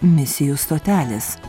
misijų stotelės